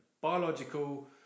biological